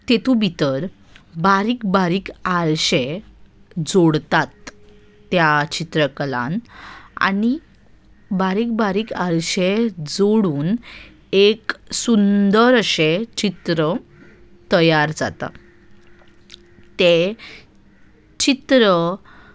तातूंत भितर बारीक बारीक आरशे जोडतात त्या चित्रकलान आनी बारीक बारीक आरशे जोडून एक सुंदर अशें चित्र तयार जाता तें चित्र